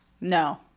No